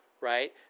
right